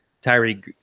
Tyree